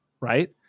right